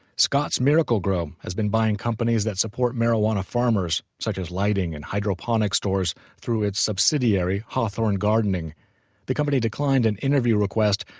scotts miracle-gro has been buying companies that support marijuana farmers such as lighting and hydroponics stores through its subsidiary hawthorne gardening the company declined an interview request,